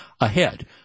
ahead